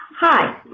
Hi